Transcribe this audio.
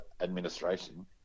administration